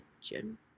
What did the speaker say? gym